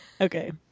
Okay